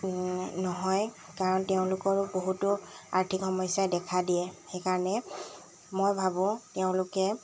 নহয় কাৰণ তেওঁলোকৰ বহুতো আৰ্থিক সমস্যাই দেখা দিয়ে সেইকাৰণে মই ভাবোঁ তেওঁলোকে